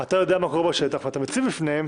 אתה יודע מה קורה בשטח ואתה מציב בפניהם.